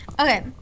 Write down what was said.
Okay